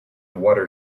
water